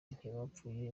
ntibapfuye